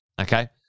Okay